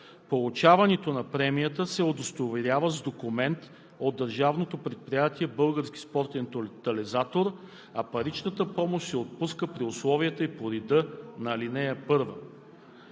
Получаването на премията се удостоверява с документ, издаден от Държавно предприятие „Български спортен тотализатор“, а паричната помощ се отпуска при условията и по реда на ал. 1.“